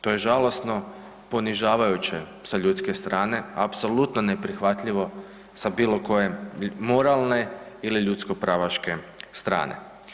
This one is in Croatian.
To je žalosno, ponižavajuće sa ljudske strane apsolutno neprihvatljivo sa bilo koje moralne ili ljudskopravaške strane.